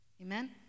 Amen